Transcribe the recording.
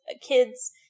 kids